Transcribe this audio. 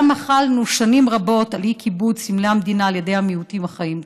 גם מחלנו שנים על אי-כיבוד סמלי המדינה על ידי המיעוטים החיים כאן.